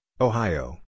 Ohio